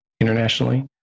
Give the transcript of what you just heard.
internationally